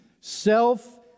self